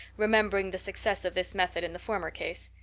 remembering the success of this method in the former case.